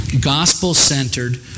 gospel-centered